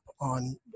on